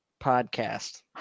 podcast